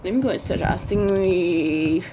let me go and search ah stingray